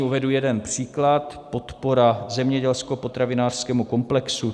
Uvedu jeden příklad podpora zemědělskopotravinářskému komplexu.